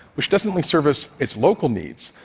which doesn't only service its local needs,